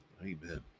Amen